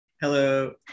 Hello